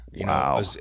Wow